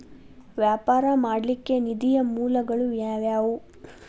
ವ್ಯಾಪಾರ ಮಾಡ್ಲಿಕ್ಕೆ ನಿಧಿಯ ಮೂಲಗಳು ಯಾವ್ಯಾವು?